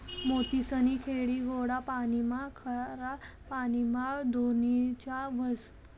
मोतीसनी खेती गोडा पाणीमा, खारा पाणीमा धोनीच्या व्हस